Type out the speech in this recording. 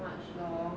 wash lor